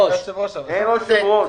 אין יושב ראש.